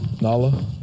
Nala